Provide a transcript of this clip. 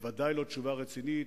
ודאי לא תשובה רצינית.